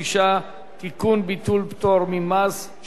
ביטול פטור ממס שבח לתושב חוץ)